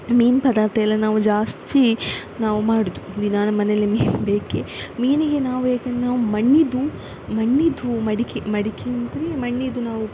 ಮೀನು ಪದಾರ್ಥಯೆಲ್ಲ ನಾವು ಜಾಸ್ತಿ ನಾವು ಮಾಡುವುದು ದಿನಾ ನಮ್ಮ ಮನೆಯಲ್ಲಿ ಮೀನು ಬೇಕೇ ಮೀನಿಗೆ ನಾವು ಹೇಗೆ ಅಂದರೆ ನಾವು ಮಣ್ಣಿನದು ಮಣ್ಣಿನದು ಮಡಿಕೆ ಮಡಿಕೆ ಅಂದರೆ ಮಣ್ಣಿನದು ನಾವು